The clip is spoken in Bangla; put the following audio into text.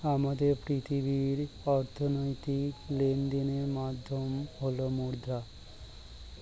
আমাদের পৃথিবীর অর্থনৈতিক লেনদেনের মাধ্যম হল মুদ্রা